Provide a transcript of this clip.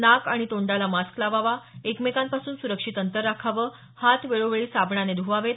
नाक आणि तोंडाला मास्क लावावा एकमेकांपासून सुरक्षित अंतर राखावं हात वेळोवेळी साबणाने ध्वावेत